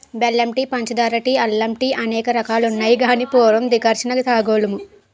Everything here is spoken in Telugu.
బెల్లం టీ పంచదార టీ అల్లం టీఅనేక రకాలున్నాయి గాని పూర్వం డికర్షణ తాగోలుము